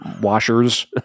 washers